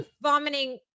vomiting